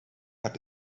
hat